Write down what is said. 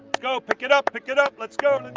go, pick it up, pick it up, let's go,